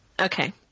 Okay